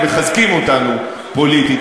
הם מחזקים אותנו פוליטית,